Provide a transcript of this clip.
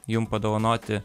jum padovanoti